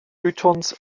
pythons